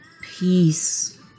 Peace